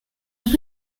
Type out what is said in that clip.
and